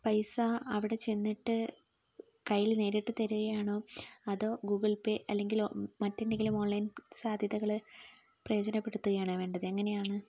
പൈസ അവിടെ ചെന്നിട്ട് കയ്യിൽ നേരിട്ട് തരികയാണോ അതോ ഗൂഗിൾ പേ അല്ലെങ്കിൽ മറ്റെന്തെങ്കിലും ഓൺലൈൻ സാധ്യതകൾ പ്രയോജനപെടുത്തുകയാണോ വേണ്ടത് എങ്ങനെയാണ്